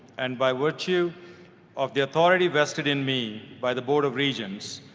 and by virtue of the authority vested in me by the board of regents,